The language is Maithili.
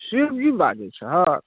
शिव जी बाजै छहक